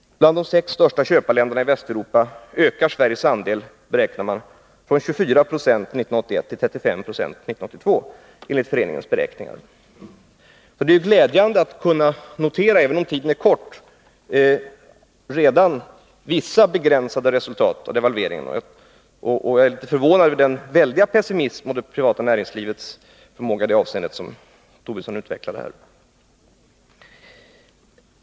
Bland de sex största köparländerna i Västeuropa ökar Sveriges andel, enligt föreningens beräkningar, från 24 96 1981 till 35 90 år 1982. Det är glädjande att redan kunna notera vissa begränsade resultat av devalveringen, och jag är litet förvånad över den väldiga pessimism i fråga om det privata näringslivets förmåga i det avseendet som Lars Tobisson utvecklade här.